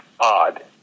odd